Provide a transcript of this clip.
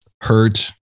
hurt